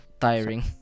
tiring